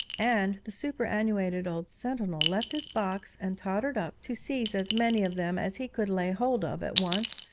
and the superannuated old sentinel left his box and tottered up to seize as many of them as he could lay hold of at once,